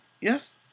Yes